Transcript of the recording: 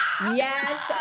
Yes